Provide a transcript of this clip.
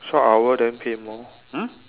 twelve hour then pay more mm